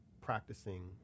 practicing